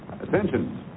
Attention